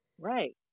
Right